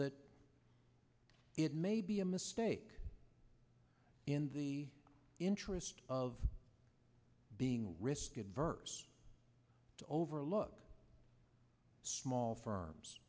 that it may be a mistake in the interest of being risk adverse to overlook small firms